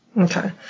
Okay